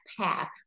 path